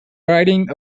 writing